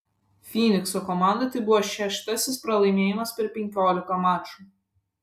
fynikso komandai tai buvo šeštasis pralaimėjimas per penkiolika mačų